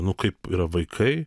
nu kaip yra vaikai